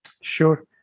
Sure